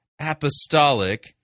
apostolic